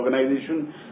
Organization